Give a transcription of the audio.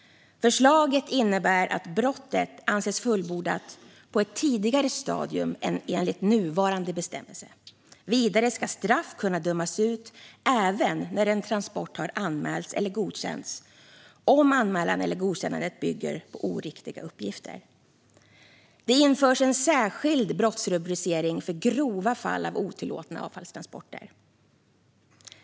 Förslaget innebär att brottet anses fullbordat på ett tidigare stadium än enligt nuvarande bestämmelser. Vidare ska straff kunna dömas ut även när en transport har anmälts eller godkänts om anmälan eller godkännandet bygger på oriktiga uppgifter. Det införs en särskild brottsrubricering för grova fall av otillåtna avfallstransporter.